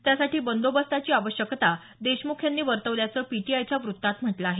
त्यासाठी बंदोबस्ताची आवश्यकता देशमुख यांनी वर्तवल्याचं पीटीआयच्या वृत्तात म्हटलं आहे